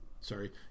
sorry